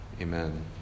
Amen